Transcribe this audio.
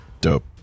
Dope